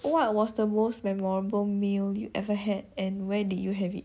what was the most memorable meal you ever had and where did you have it